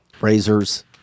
Razors